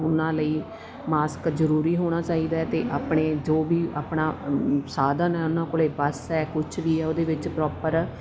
ਉਹਨਾਂ ਲਈ ਮਾਸਕ ਜ਼ਰੂਰੀ ਹੋਣਾ ਚਾਹੀਦਾ ਅਤੇ ਆਪਣੇ ਜੋ ਵੀ ਆਪਣਾ ਸਾਧਨ ਹੈ ਉਹਨਾਂ ਕੋਲ ਬਸ ਹੈ ਕੁਛ ਵੀ ਹੈ ਉਹਦੇ ਵਿੱਚ ਪ੍ਰੋਪਰ